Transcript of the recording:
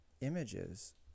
images